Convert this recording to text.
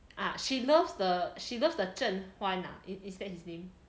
ah she loves the she loves the zhen huan ah it is that his name